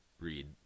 read